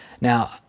Now